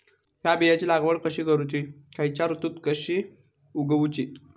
हया बियाची लागवड कशी करूची खैयच्य ऋतुत कशी उगउची?